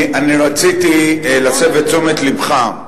אני רציתי להסב את תשומת לבך.